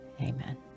Amen